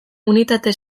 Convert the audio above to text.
unitate